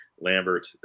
Lambert